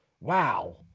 Wow